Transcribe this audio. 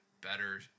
better